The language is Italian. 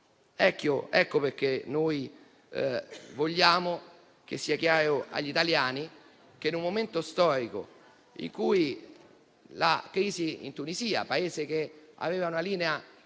Ecco perché vogliamo che sia chiaro agli italiani che, in un momento storico in cui la crisi in Tunisia, un Paese che aveva una linea